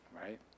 right